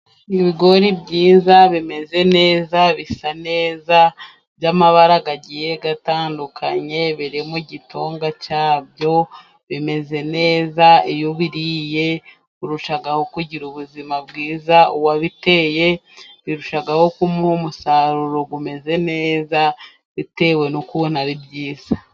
Ibigori byiza bimeze neza, bisa neza by'amabara agiye atandukanye, biri mu gitonga cyabyo, bimeze neza, iyo wabiriye urushaho kugira ubuzima bwiza, uwabiteye birushaho kumuha umusaruro umeze neza, bitewe n'ukuntu ari byiza.